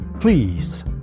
Please